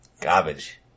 Garbage